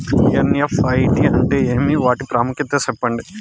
NEFT అంటే ఏమి వాటి ప్రాముఖ్యత ఏమి? సెప్పండి?